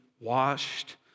washed